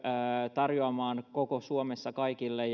tarjoamaan koko suomessa kaikille